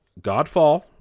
Godfall